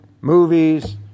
movies